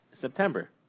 September